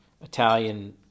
italian